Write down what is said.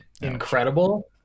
incredible